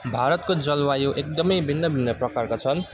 भारतको जलवायु एकदमै भिन्न भिन्न प्रकारको छन्